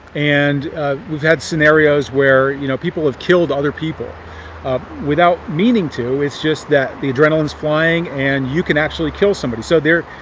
and weive had scenarios where you know people have killed other people ah without meaning to. itis just that the adrenalineis flying and you can actually kill somebody. so there,